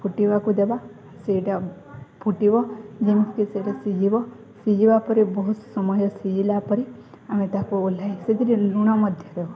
ଫୁଟିବାକୁ ଦେବା ସେଇଟା ଫୁଟିବ ଯେମିତିକି ସେଇଟା ସିଝିବ ସିଝିବା ପରେ ବହୁତ ସମୟ ସିଝିଲା ପରେ ଆମେ ତାକୁ ଓହ୍ଲାଇ ସେଥିରେ ଲୁଣ ମଧ୍ୟ ଦେବ